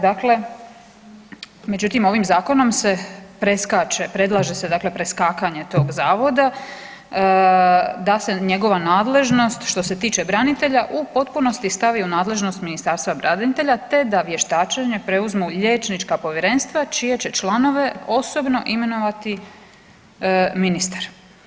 Dakle međutim ovim Zakonom se predlaže se dakle preskakanje tog Zavoda da se njegova nadležnost što se tiče branitelja u potpunosti stavi u nadležnost Ministarstva branitelja te da vještačenje preuzmu liječnička povjerenstva čije će članove osobno imenovati ministar.